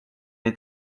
nii